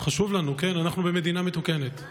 אנחנו במדינה מתוקנת,